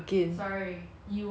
!huh! then 你 try lah